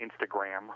Instagram